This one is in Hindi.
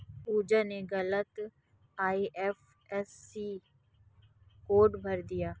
पूजा ने गलत आई.एफ.एस.सी कोड भर दिया